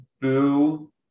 boo